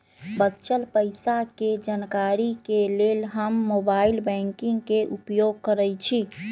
बच्चल पइसा के जानकारी के लेल हम मोबाइल बैंकिंग के उपयोग करइछि